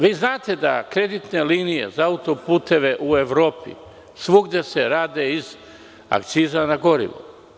Vi znate da kreditne linije za autoputeve u Evropi se rade iz akciza na gorivo.